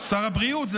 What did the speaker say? שר הבריאות כאן.